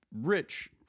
rich